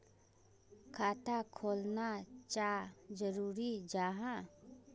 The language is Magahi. खाता खोलना चाँ जरुरी जाहा?